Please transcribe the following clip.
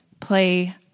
play